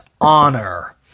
honor